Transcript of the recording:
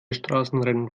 straßenrennen